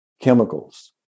chemicals